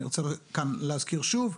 אני רוצה להזכיר שוב: